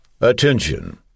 Attention